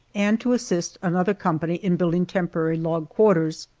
and to assist another company in building temporary log quarters.